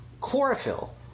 chlorophyll